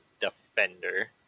defender